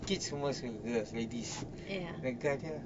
kids semua suka girls ladies